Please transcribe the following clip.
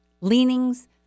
leanings